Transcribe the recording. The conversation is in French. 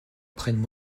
prennent